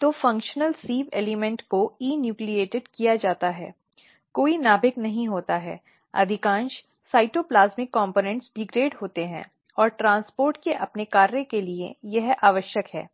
तो कार्यात्मक sieve element को न्यूक्लिएट किया जाता है कोई नाभिक नहीं होता है अधिकांश साइटोप्लाज्मिक कॅम्पोनॅन्ट डिग्रेडेड होते हैं और ट्रांसपोर्ट के अपने कार्य के लिए यह आवश्यक है